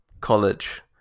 college